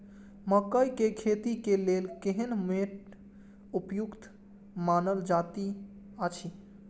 मकैय के खेती के लेल केहन मैट उपयुक्त मानल जाति अछि?